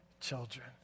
children